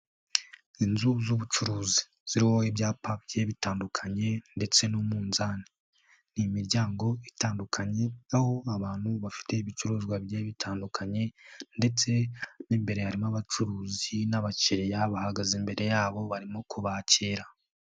Inzu z'ubucuruzi z'riwa ibyapa bigiye bitandukanye ndetse n'umunzani ni imiryango itandukanye aho abantu bafite ibicuruzwa bigiye bitandukanye ndetse n'imbere harimo abacuruzi n'abakiriya bahagaze imbere yabo barimo kubakira.